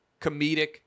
comedic